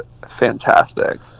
fantastic